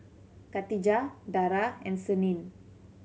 Katijah Dara and Senin